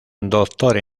doctor